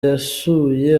yasuye